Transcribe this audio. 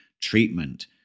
treatment